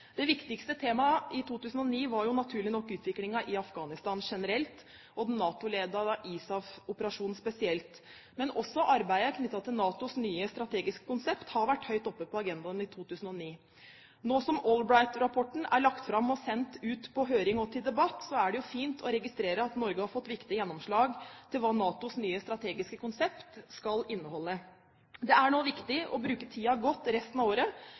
Det viktigste temaet i 2009 var naturlig nok utviklingen i Afghanistan generelt og den NATO-ledede ISAF-operasjonen spesielt. Men også arbeidet knyttet til NATOs nye strategiske konsept har vært høyt oppe på agendaen i 2009. Nå som Albright-rapporten er lagt fram og sendt ut på høring og til debatt, er det jo fint å registrere at Norge har fått viktige gjennomslag for hva NATOs strategiske konsept skal inneholde. Det er nå viktig å bruke tiden godt resten av året